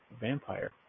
vampire